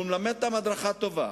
והוא מלמד אותם הדרכה טובה.